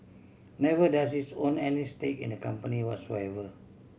never does it's own any stake in the company whatsoever